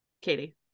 katie